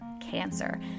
cancer